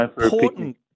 important